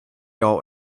all